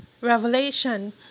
revelation